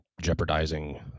jeopardizing